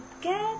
get